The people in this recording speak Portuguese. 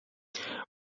uma